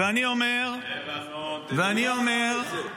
ואני אומר --- לבנון, לבנון, תדייק.